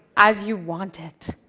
as you want it.